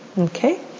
Okay